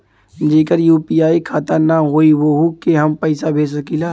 जेकर यू.पी.आई खाता ना होई वोहू के हम पैसा भेज सकीला?